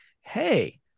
hey